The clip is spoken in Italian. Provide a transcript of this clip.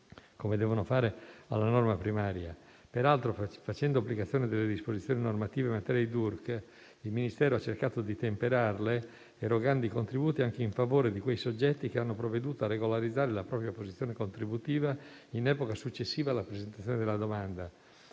come devono fare - alla norma primaria. Peraltro, facendo applicazione delle disposizioni normative in materia di DURC, il Ministero ha cercato di temperarle erogando i contributi anche in favore di quei soggetti che hanno provveduto a regolarizzare la propria posizione contributiva in epoca successiva alla presentazione della domanda